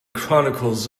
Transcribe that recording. chronicles